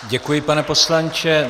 Děkuji, pane poslanče.